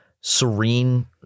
serene